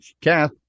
Kath